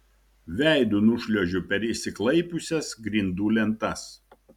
veidu nušliuožiu per išsiklaipiusias grindų lentas